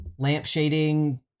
lampshading